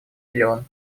миллион